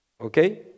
Okay